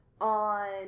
on